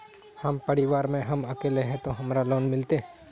हम परिवार में हम अकेले है ते हमरा लोन मिलते?